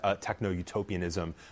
techno-utopianism